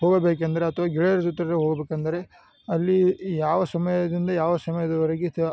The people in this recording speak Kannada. ಹೋಗಬೇಕೆಂದರೆ ಅಥ್ವ ಗೆಳೆಯರ ಜೊತೆಯಲಿ ಹೋಗಬೇಕಂದರೆ ಅಲ್ಲಿ ಯಾವ ಸಮಯದಿಂದ ಯಾವ ಸಮಯದವರೆಗೆ ತೆ